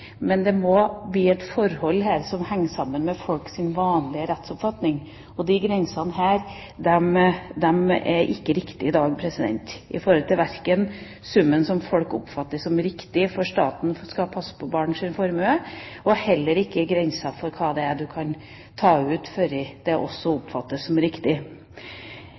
men det må bli et forhold her som henger sammen med folks vanlige rettsoppfatning, og de grensene er ikke riktige i dag i forhold til verken beløpsgrensa for når staten skal passe på barns formue, eller grensa for hva det er du kan ta ut. Så det er godt at vi har systemer som